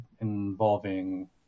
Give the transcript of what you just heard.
involving